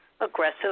aggressive